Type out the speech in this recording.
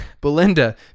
Belinda